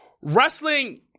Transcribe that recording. wrestling